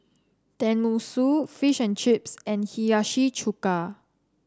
Tenmusu Fish and Chips and Hiyashi Chuka